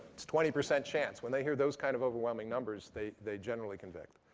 it's twenty percent chance. when they hear those kind of overwhelming numbers, they they generally convict.